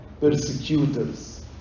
persecutors